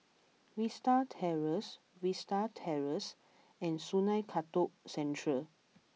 Vista Terrace Vista Terrace and Sungei Kadut Central